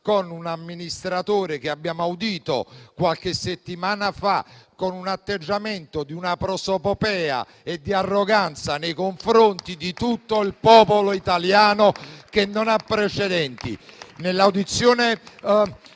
cui amministratore, che abbiamo audito qualche settimana fa, ha tenuto un atteggiamento di prosopopea e di arroganza nei confronti di tutto il popolo italiano che non ha precedenti.